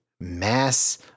mass